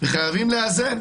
חייב וחייבים לאזן.